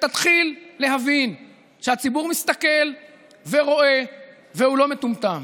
ותתחיל להבין שהציבור מסתכל ורואה והוא לא מטומטם.